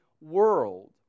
world